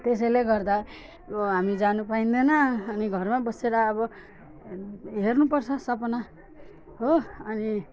त्यसैले गर्दा यो हामी जानु पाइँदैन अनि घरमै बसेर अब हेर्नुपर्छ सपना हो अनि